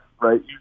right